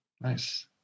Nice